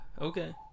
Okay